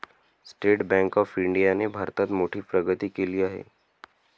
state bank of इंडियाने भारतात मोठी प्रगती केली आहे